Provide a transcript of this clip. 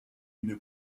une